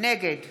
נגד